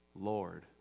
Lord